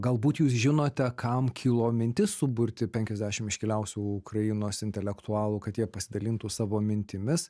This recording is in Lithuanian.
galbūt jūs žinote kam kilo mintis suburti penkiasdešim iškiliausių ukrainos intelektualų kad jie pasidalintų savo mintimis